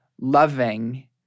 loving